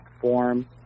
form